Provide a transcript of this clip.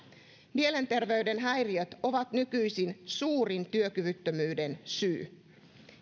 mielenterveydenhäiriöt ovat nykyisin suurin työkyvyttömyyden syy